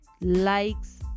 likes